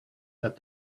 that